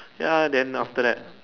ya then after that